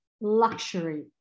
luxury